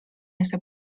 ese